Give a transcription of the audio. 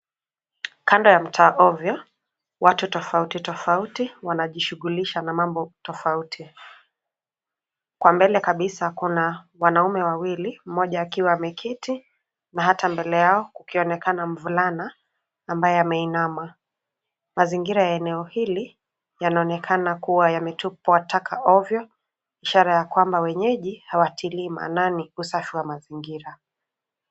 Kando ya mtaa ovyo, watu tofauti tofauti wanajishughulisha na mambo tofauti. Kwa mbele kabisa kuna wanaume wawili mmoja akiwa ameketi na hata mbele yao kukionekana mvulana ambaye ameinama. Mazingira ya eneo hili yanaonekana kuwa yametupwa taka ovyo, ishara ya kwamba wenyeji hawatilii maanani usafi wa mazingira.